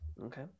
Okay